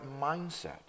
mindset